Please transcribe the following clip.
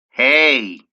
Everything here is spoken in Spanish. hey